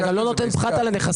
תה גם לא נותן פחת על הנכסים.